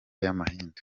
y’amahindu